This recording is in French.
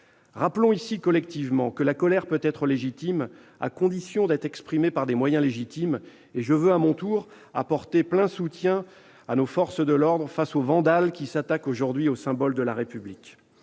Rappelons-le collectivement, la colère peut être légitime, à condition d'être exprimée par des moyens légitimes. Je veux à mon tour apporter mon entier soutien à nos forces de l'ordre, face aux vandales qui s'attaquent aujourd'hui aux symboles de la République.